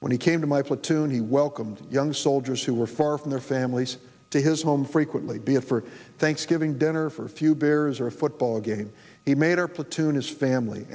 when he came to my platoon he welcomed young soldiers who were far from their families to his home frequently be it for thanksgiving dinner for a few beers or a football game he made our platoon is family